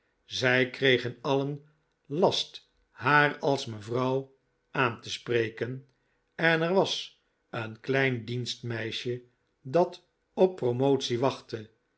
zij kregen alien last haar als mevrouw aan te spreken en er was een klein dienstmeisje dat op promotie wachtte